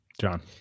John